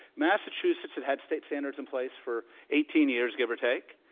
massachusetts had had state standards in place for eighteen years, give or take.